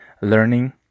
learning